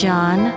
John